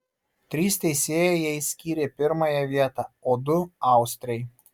trys teisėjai jai skyrė pirmąją vietą o du austrei